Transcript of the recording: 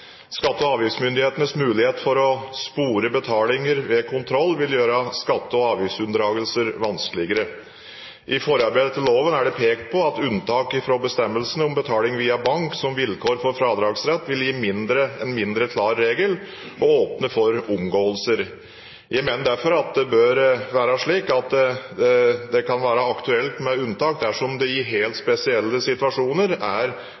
Skatte- og avgiftsmyndighetenes mulighet for å spore betalinger ved kontroll vil gjøre skatte- og avgiftsunndragelser vanskeligere. I forarbeidene til loven er det pekt på at unntak fra bestemmelsene om betaling via bank som vilkår for fradragsrett vil gi en mindre klar regel og åpne for omgåelser. Jeg mener derfor at det bør være slik at det kan være aktuelt med unntak dersom det i helt spesielle situasjoner er